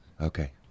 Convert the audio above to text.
Okay